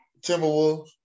Timberwolves